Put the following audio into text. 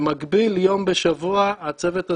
במקביל יום בשבוע הצוות הזה,